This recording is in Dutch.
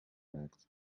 maakt